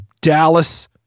Dallas